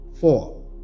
four